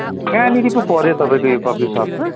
कहाँनेरि पो पऱ्यो तपाईँको यो कफी सप त